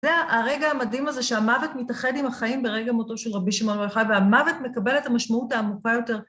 זה הרגע המדהים הזה שהמוות מתאחד עם החיים ברגע מותו של רבי שמעון בר-יוחאי, והמוות מקבל את המשמעות העמוקה יותר.